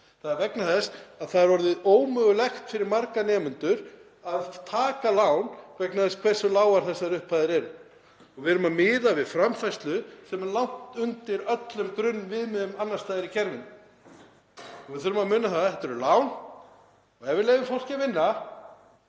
einhvers efnahagsástand. Það er orðið ómögulegt fyrir marga nemendur að taka lán vegna þess hversu lágar þessar upphæðir eru. Við erum að miða við framfærslu sem er langt undir öllum grunnviðmiðum annars staðar í kerfinu. Við þurfum að muna að þetta eru lán. Ef við leyfum fólki að vinna